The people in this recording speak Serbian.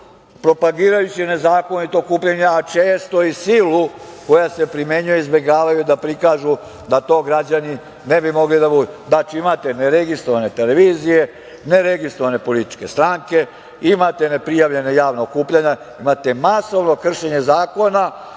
propagirajući nezakonito okupljanje, a često i silu koja se primenjuje. Izbegavaju da prikažu da to građani vide. Znači,